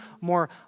more